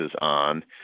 on